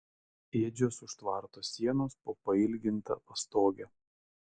ėdžios už tvarto sienos po pailginta pastoge